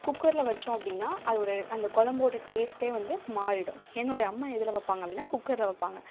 குக்கரில் வச்சோம் அப்படின்னா அதோட அந்த குலம்போட டேஸ்ட்டே வந்து மாறிவிடும் என்னோட அம்மா எதில் வைப்பாங்க அப்படின்னா குக்கரில் வைப்பாங்க